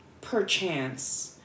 perchance